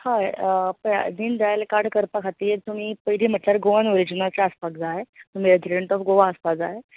हय पळय दीन दयाल कार्ड करपा खातीर तुमी पयलीं म्हटल्यार गोवन ओरिजिनाचे आसपाक जाय रेझिडाट ऑफ गोवा आसपाक जाय